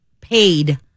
paid